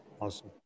Awesome